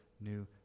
new